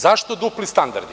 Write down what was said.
Zašto dupli standardi?